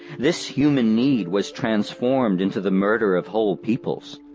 this human need was transformed into the murder of whole peoples.